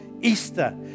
Easter